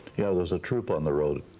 yeah there was a troup on the road.